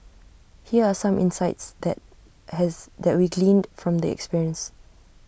here are some insights that has that we gleaned from the experience